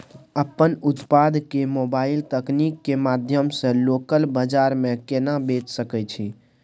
अपन उत्पाद के मोबाइल तकनीक के माध्यम से लोकल बाजार में केना बेच सकै छी?